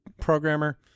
programmer